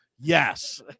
Yes